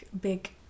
big